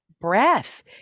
breath